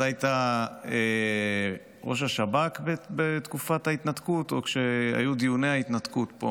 שאתה היית ראש השב"כ בתקופת ההתנתקות או כשהיו דיוני ההתנתקות פה